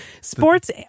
Sports